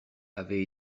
avait